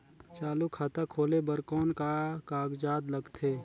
चालू खाता खोले बर कौन का कागजात लगथे?